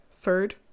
third